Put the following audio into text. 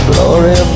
Glory